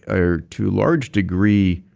or to large degree,